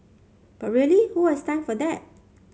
but really who has time for that